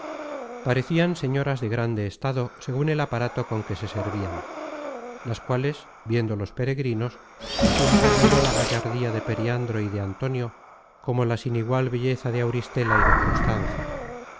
parecian señoras de grande estado segun el aparato con que se servian las cuales viendo los peregrinos así les admiró la gallardía de periandro y de antonio como la sin igual belleza de auristela y de constanza